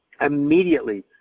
Immediately